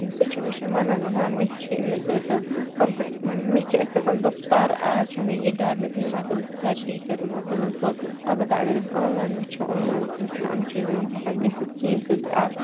سُہ چھُ وَنان نہَ مےٚ چھِ امس سۭتۍ کَمپِٹِشَن مےٚ چھُ اِتھ پٲٹھۍ بہٕ پَرٕآز چھُ مےٚ یِہ ڈَر مےٚ مہَ تُلہِ سَر ٹیٖچَر ما تُلمۍ تھوٚد اَلبَتہَ اَگَر أسۍ آن لاین وٕچھو آنلاینَس مَنٛز چھِنہٕ یِم چیٖز مَطلَب ہیٚکان گٔژھِتھ کینٛہہ یمہ سۭتۍ اکھ